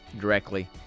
directly